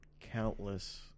countless